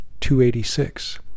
286